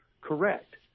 correct